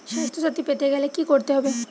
স্বাস্থসাথী পেতে গেলে কি করতে হবে?